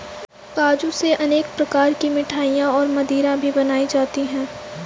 काजू से अनेक प्रकार की मिठाईयाँ और मदिरा भी बनाई जाती है